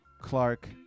clark